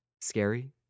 scary